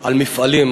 על מפעלים.